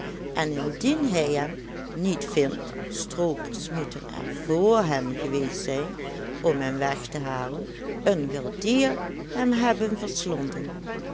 en indien hij hem niet vindt stroopers moeten er vr hem geweest zijn om hem weg te halen een wild dier hem hebben